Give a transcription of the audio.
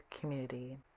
community